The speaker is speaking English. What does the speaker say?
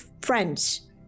friends